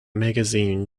magazine